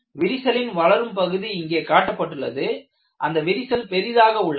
விரிசலின் வளரும் பகுதி இங்கே காட்டப்பட்டுள்ளது அந்த விரிசல் பெரிதாக உள்ளது